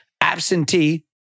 absentee